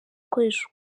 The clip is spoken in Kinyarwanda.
ukoresha